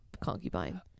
concubine